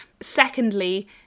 Secondly